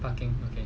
parking okay